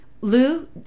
Lou